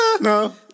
No